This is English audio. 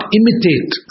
imitate